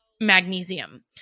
magnesium